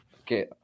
Okay